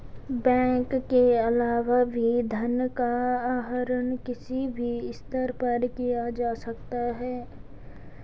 bank के अलावा भी धन का आहरण किसी भी स्तर पर किया जा सकता है